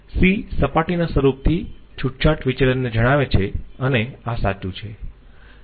C સપાટીના સ્વરૂપથી છૂટછાટ વિચલનને જણાવે છે અને આ સાચું છે